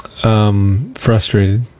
Frustrated